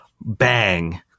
bang